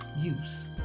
use